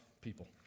people